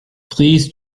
please